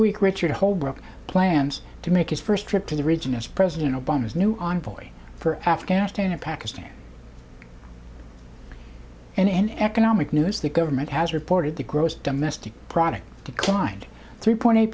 week richard holbrooke plans to make his first trip to the region as president obama's new envoy for afghanistan and pakistan and in economic news the government has reported the gross domestic product declined three point eight